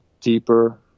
deeper